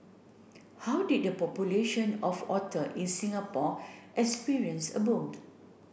how did the population of otter in Singapore experience a boom